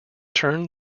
turned